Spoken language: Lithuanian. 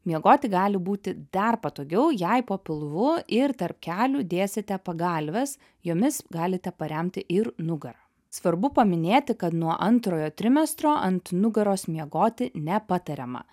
miegoti gali būti dar patogiau jei po pilvu ir tarp kelių dėsite pagalves jomis galite paremti ir nugarą svarbu paminėti kad nuo antrojo trimestro ant nugaros miegoti nepatariama